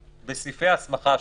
מה הפירוש הממשלה?